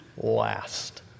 last